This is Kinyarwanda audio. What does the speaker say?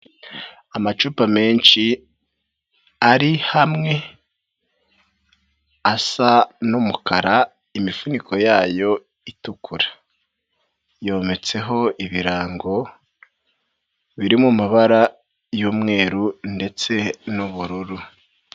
Amacupa menshi ari hamwe asa n'umukara, imifuniko yayo itukura, yometseho ibirango biri mu mabara y'umweru ndetse n'ubururu.